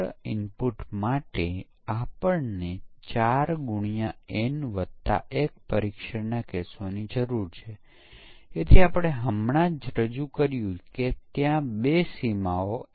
તેઓ યુનિટ પરીક્ષણ દરમિયાન મોટા ભાગે શોધી કાઢવામાં આવે છે કારણ કે ભૂલો ઘટાડવાની યુનિટ પરીક્ષણ એ ખૂબ જ ખર્ચ અસરકારક રીત છે ભૂલોને ઘટાડવા માટે સિસ્ટમ પરીક્ષણ એ ખૂબ ખર્ચાળ સૂચન છે